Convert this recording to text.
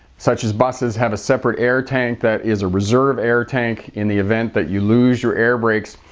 such as buses, have a separate air tank that is a reserve air tank in the event that you lose your air brakes.